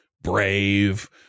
brave